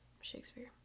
Shakespeare